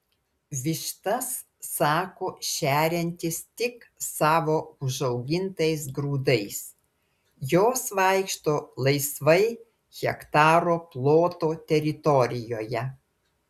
vištas sako šeriantis tik savo užaugintais grūdais jos vaikšto laisvai hektaro ploto teritorijoje